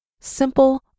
Simple